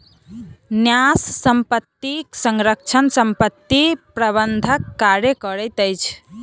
न्यास संपत्तिक संरक्षक संपत्ति प्रबंधनक कार्य करैत अछि